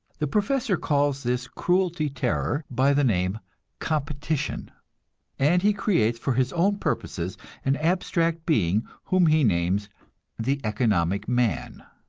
the professor calls this cruelty-terror by the name competition and he creates for his own purposes an abstract being whom he names the economic man,